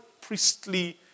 priestly